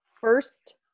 First